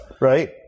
Right